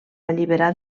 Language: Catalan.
alliberar